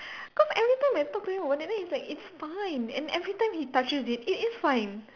cause every time I talk to him about then he's like it's fine and every time he touches it it is fine